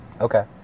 Okay